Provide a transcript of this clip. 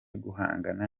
guhangana